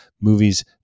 movies